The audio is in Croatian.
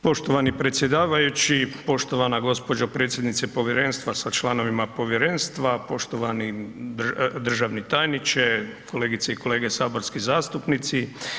Poštovani predsjedavajući, poštovana gđo. predsjednice povjerenstva sa članovima povjerenstva, poštovani državni tajniče, kolegice i kolege saborski zastupnici.